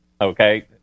okay